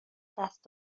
دست